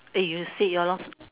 eh you said ya lor